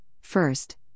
first